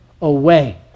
away